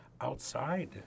outside